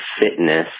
fitness